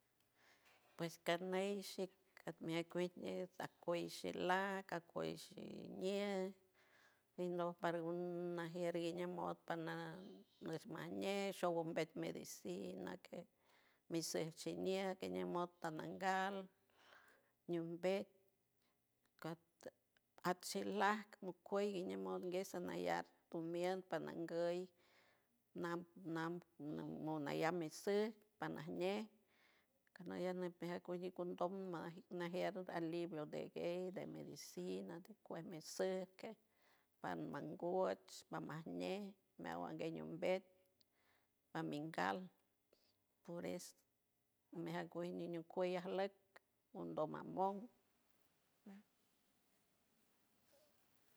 Pues karneish shik kant met wikh a whishihak awhishi jiel benon pargumanguie mota pangñe shuj majñe show ambet medicina quej mishij indiel pegueña muta nangal ñupel cark akchila nucuel alangueso langa y am punangu doy naponamayose pajnajñe unajñaneje kuni contun maj najne aj libro de guej medicina a tuwe mese parmangoish pajmañangue mumbejts pa mingual por es meacuguiñi yatlañ gundo mamon.